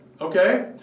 okay